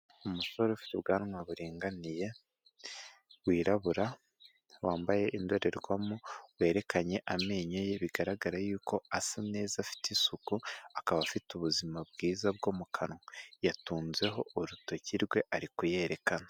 Umusore ufite ubwanwa bunganiye wirabura wambaye indorerwamo werekanye amenyo ye bigaragara yuko asa neza afite isuku akaba afite ubuzima bwiza bwo mu kanwa yatunzeho urutoki rwe ari kuyerekana.